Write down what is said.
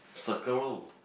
circle